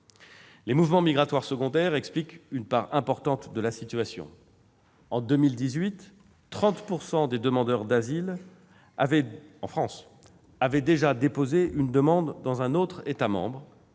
Les mouvements migratoires secondaires expliquent une part importante de la situation. En 2018, 30 % des demandeurs d'asile en France avaient déjà déposé une demande dans un autre État membre,